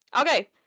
Okay